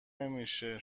نمیشه